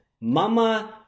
Mama